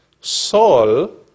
Saul